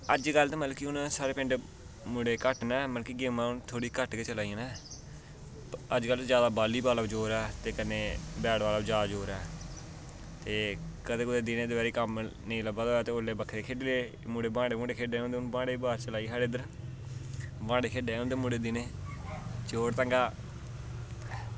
अजकल्ल ते मतलब कि हून साढ़े पिंड मुढ़े घट्ट न ते मतलब की गेमां हून घट्ट गै चला दि'यां न ते अजकल्ल जैदा बॉलीबॉल दा जोर ऐ कन्नै बैट बॉल दा जैदा जोर ऐ ते कदें दपैह्रीं कोई कम्म नेईं लब्भा दा होई ते खेल्ली लैन्ने मुढ़े बान्टे खेल्लदे ते हून बान्टे दी ब्हाऽ चला दी साढ़े इद्धर बान्टे खेल्ला दे होंदे मुढ़े चोट तंगा